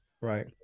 right